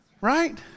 right